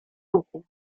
ruchu